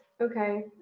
Okay